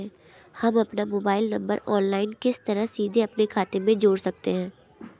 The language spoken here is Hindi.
हम अपना मोबाइल नंबर ऑनलाइन किस तरह सीधे अपने खाते में जोड़ सकते हैं?